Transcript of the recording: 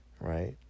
right